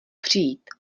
přijít